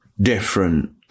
different